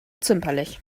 zimperlich